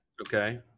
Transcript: Okay